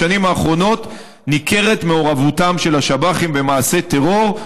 בשנים האחרונות ניכרת מעורבותם של השב"חים במעשי טרור,